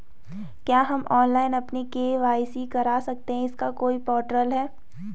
क्या हम ऑनलाइन अपनी के.वाई.सी करा सकते हैं इसका कोई पोर्टल है?